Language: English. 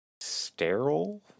sterile